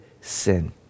sin